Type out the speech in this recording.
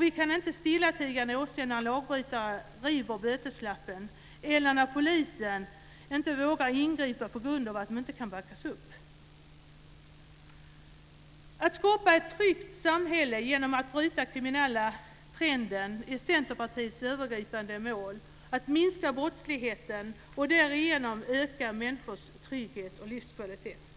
Vi kan inte stillatigande åse när lagbrytare river böteslappen eller när poliser inte vågar ingripa på grund av att de inte kan backas upp. Att skapa ett tryggt samhälle genom att bryta den kriminella trenden är Centerpartiets övergripande mål. Vi vill minska brottsligheten och därigenom öka människors trygghet och livskvalitet.